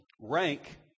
rank